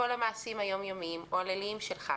כל המעשים היומיומיים או הליליים שלך,